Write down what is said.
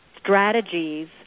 strategies